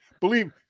Believe